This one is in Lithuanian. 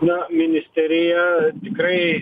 na ministerija tikrai